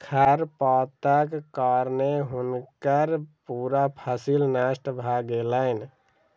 खरपातक कारणें हुनकर पूरा फसिल नष्ट भ गेलैन